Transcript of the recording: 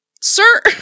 sir